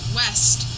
west